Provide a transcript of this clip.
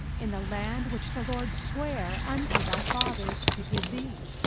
in the land which the lord sware unto thy fathers to give thee.